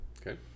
Okay